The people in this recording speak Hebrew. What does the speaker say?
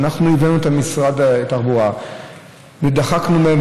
אנחנו הבאנו את משרד התחבורה ודחקנו בהם,